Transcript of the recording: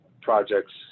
projects